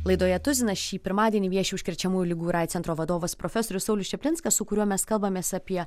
laidoje tuzinas šį pirmadienį vieši užkrečiamųjų ligų ir aids centro vadovas profesorius saulius čaplinskas su kuriuo mes kalbamės apie